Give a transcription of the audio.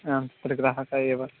आम् अत्र ग्राहकः एव